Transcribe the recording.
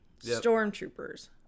Stormtroopers